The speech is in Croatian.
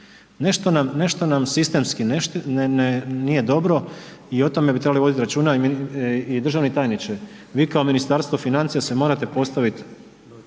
Nešto nam sistemski nije dobro i o tome bi trebali voditi računa i državni tajniče vi kao Ministarstvo financije se morate postavit,